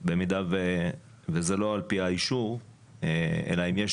במידה וזה לא על פי האישור אלא אם יש